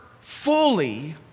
fully